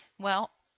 well,